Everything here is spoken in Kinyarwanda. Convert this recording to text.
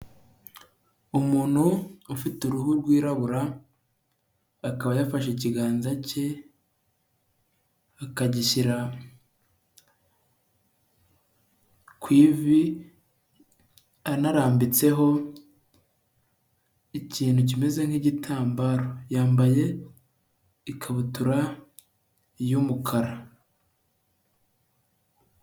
Umuntu ufite uruhu rwirabura, akaba yafashe ikiganza cye, akagishyira ku ivi anarambitseho ikintu kimeze nk'igitambaro. Yambaye ikabutura y'umukara.